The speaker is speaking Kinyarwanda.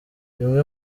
bimwe